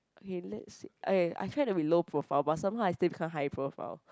okay let's see okay I try to be low profile but somehow I am still become high profile